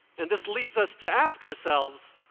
and this leads us to ask ourselves,